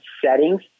settings